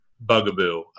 bugaboo